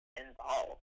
involved